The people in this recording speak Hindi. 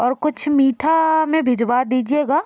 और कुछ मीठा में भिजवा दीजिएगा